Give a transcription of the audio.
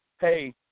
hey